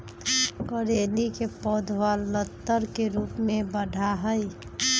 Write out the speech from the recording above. करेली के पौधवा लतर के रूप में बढ़ा हई